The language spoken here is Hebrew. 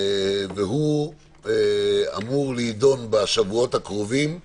והוא אמור להידון בשבועות הקרובים,